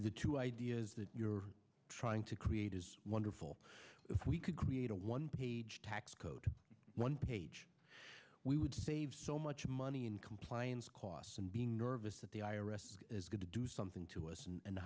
the two ideas that you're trying to create is wonderful if we could create a one page tax code one page we would save so much money in compliance costs and being nervous that the i r s is going to do something to us and